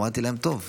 אמרתי להם: טוב,